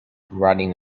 riding